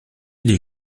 des